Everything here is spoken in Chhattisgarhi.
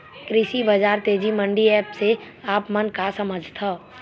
कृषि बजार तेजी मंडी एप्प से आप मन का समझथव?